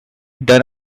done